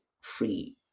free